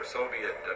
Soviet